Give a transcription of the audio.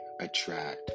attract